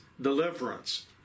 deliverance